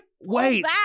wait